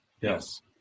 Yes